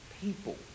people